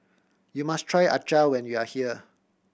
you must try acar when you are here